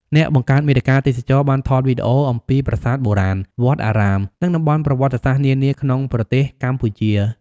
អ្នកបង្កើតមាតិកាទេសចរណ៍បានថតវីដេអូអំពីប្រាសាទបុរាណ វត្តអារាម និងតំបន់ប្រវត្តិសាស្ត្រនានាក្នុងប្រទេសកម្ពុជា។